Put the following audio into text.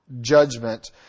judgment